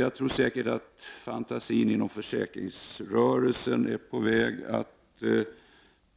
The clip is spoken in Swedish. Jag är säker på att fantasin inom försäkringsrörelsen räcker till för att